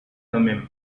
thummim